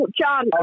John